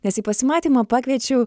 nes į pasimatymą pakviečiau